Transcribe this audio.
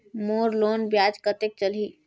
मोर loan ब्याज कतेक चलही?